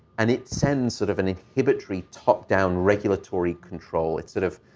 and it sends sort of an inhibitory top-down regulatory control. it's sort of,